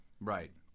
Right